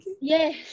Yes